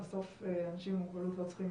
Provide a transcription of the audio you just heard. בסוף אנשים עם מוגבלות לא צריכים